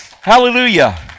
Hallelujah